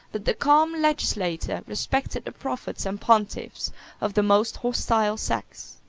but the calm legislator respected the prophets and pontiffs of the most hostile sects.